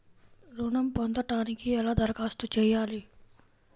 ఋణం పొందటానికి ఎలా దరఖాస్తు చేయాలి?